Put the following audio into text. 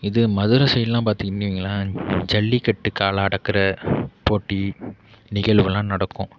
இது மதுரை சைடுயெலாம் பார்த்திங்ன்னு வையுங்களேன் ஜல்லிக்கட்டு காளை அடக்குகிற போட்டி நிகழ்வெலாம் நடக்கும்